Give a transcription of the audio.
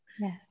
Yes